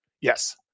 Yes